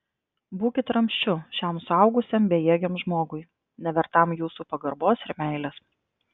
būkit ramsčiu šiam suaugusiam bejėgiam žmogui nevertam jūsų pagarbos ir meilės